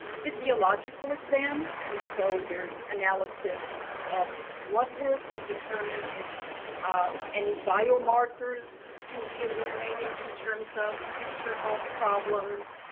physiological exams, and so there's analysis of blood work to determine if any biomarkers can be illuminating in terms of future health problems,